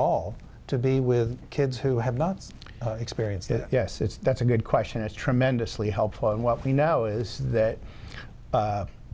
all to be with kids who have lots experience yes that's a good question it's tremendously helpful in what we know is that